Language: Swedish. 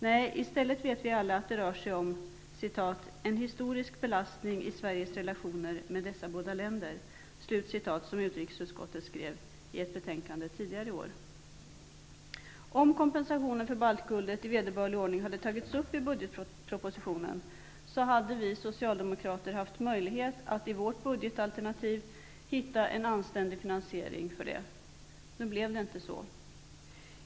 Nej, vi vet alla att det i stället rör sig om ''en historisk belastning i Sveriges relationer med dessa båda länder'', som utrikesutskottet skrev i ett betänkande tidigare i år. Om kompensationen för baltguldet i vederbörlig ordning hade tagits med i budgetpropositionen, hade vi socialdemokrater haft möjlighet att i vårt budgetalternativ finna en anständig finansiering för detta. Nu blev det inte så.